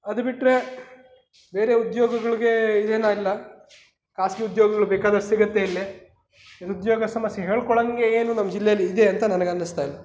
ಅದು ಬಿಟ್ಟರೆ ಬೇರೆ ಉದ್ಯೋಗಗಳಿಗೆ ಇನ್ನೇನಾಗಿಲ್ಲ ಖಾಸಗಿ ಉದ್ಯೋಗಗಳು ಬೇಕಾದಷ್ಟು ಸಿಗುತ್ತೆ ಇಲ್ಲಿ ನಿರುದ್ಯೋಗ ಸಮಸ್ಯೆ ಹೇಳ್ಕೊಳೋಂಗೆ ಏನೂ ನಮ್ಮ ಜಿಲ್ಲೆಯಲ್ಲಿ ಇದೆ ಅಂತ ನನಗೆ ಅನ್ನಿಸುತ್ತಾ ಇಲ್ಲ